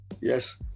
Yes